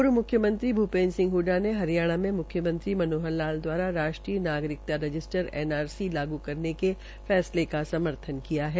पूर्व म्ख्यमंत्री भूपेन्द्र सिंह हडा ने हरियाणा में म्ख्य मंत्री मनोहर लाल द्वारा राष्ट्रीय नागरिकता रजिस्टर एनआरसी लागू करने के फैसले का समर्थन किया है